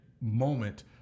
moment